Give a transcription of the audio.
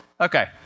Okay